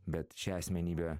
bet šią asmenybę